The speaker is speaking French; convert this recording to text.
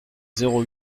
zéro